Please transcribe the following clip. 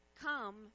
come